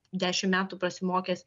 dešimt metų prasimokęs